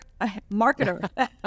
marketer